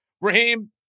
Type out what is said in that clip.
Raheem